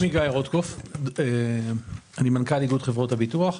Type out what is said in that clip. שמי גיא רוטקופף, אני מנכ"ל איגוד חברות הביטוח.